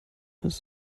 his